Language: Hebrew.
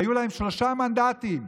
היו להם שלושה מנדטים.